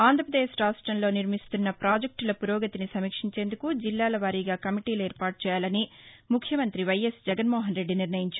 ఆంధ్రపదేశ్ రాష్టంలో నిర్మిస్తున్న ప్రాజెక్టుల పురోగతిని సమీక్షించేందుకు జిల్లాల వారీగా నా కమిటీలు ఏర్పాటు చేయాలని ముఖ్యమంతి వైఎస్ జగన్మోహనరెడ్డి నిర్ణయించారు